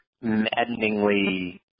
maddeningly